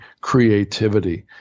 creativity